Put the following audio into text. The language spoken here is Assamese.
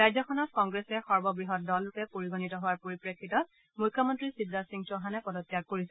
ৰাজ্যখনত কংগ্ৰেছে সৰ্ববৃহৎ দলৰূপে পৰিগণিত হোৱাৰ পৰিপ্ৰেক্ষিতত মুখ্যমন্ত্ৰী শিৱৰাজ সিং চৌহানে পদত্যাগ কৰিছে